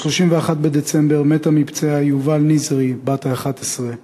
ב-31 בדצמבר מתה מפצעיה יובל ניזרי בת ה-11.